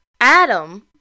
Adam